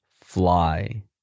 fly